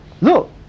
look